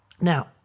Now